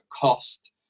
cost